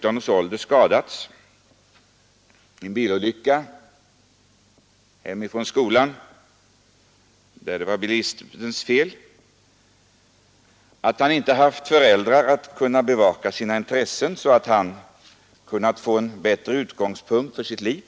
En fjorto g pojke skadades vid en bilolycka på väg hem från skolan — bilisten ansågs: skyldig till olyckan — och han hade inte föräldrar som kunde bevaka hans intressen så att han kunde få en bättre utgångspunkt för sitt liv.